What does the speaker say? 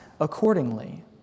accordingly